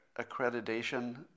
accreditation